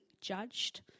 judged